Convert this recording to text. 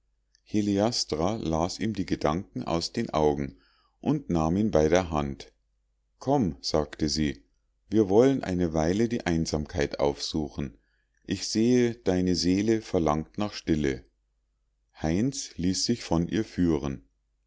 heliastra las ihm die gedanken aus den augen und nahm ihn bei der hand komm sagte sie wir wollen eine weile die einsamkeit aufsuchen ich sehe deine seele verlangt nach stille heinz ließ sich von ihr führen